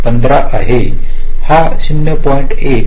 15 आहे हे 0